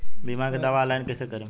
बीमा के दावा ऑनलाइन कैसे करेम?